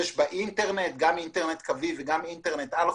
יש בה אינטרנט, גם קווי וגם אלחוטי,